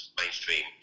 mainstream